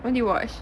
what do you watch